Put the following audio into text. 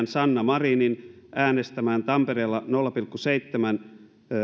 sanna marinin äänestämään tampereella nolla pilkku seitsemän